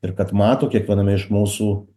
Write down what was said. ir kad mato kiekviename iš mūsų